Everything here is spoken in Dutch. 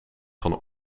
van